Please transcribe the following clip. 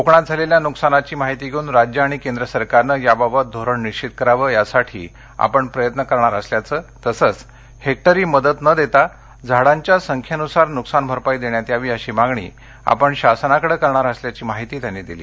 कोकणात झालेल्या नुकसानाची माहिती घेऊन राज्य आणि केंद सरकारनं याबाबत धोरण निश्वित करावं यासाठी आपण प्रयत्न करणार असल्याचं तसंच हेक्टरी मदत न देता झाडांच्या संख्येनुसार नुकसान भरपाई देण्यात यावी अशी मागणी आपण शासनाकडे करणार असल्याची माहिती त्यांनी यावेळी दिली